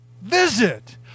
visit